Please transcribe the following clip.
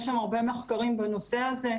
יש שם הרבה מחקרים בנושא הזה,